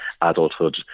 adulthood